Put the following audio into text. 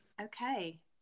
Okay